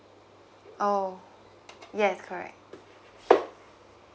oh yes correct